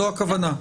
זו הכוונה?